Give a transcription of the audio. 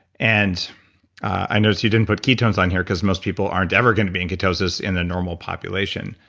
and i noticed you didn't put ketones on here cause most people aren't ever going to be in ketosis in the normal population.